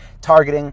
targeting